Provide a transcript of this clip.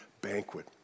banquet